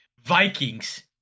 Vikings